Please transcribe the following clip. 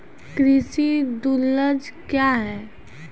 कृषि टुल्स क्या हैं?